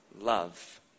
love